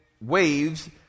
waves